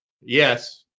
Yes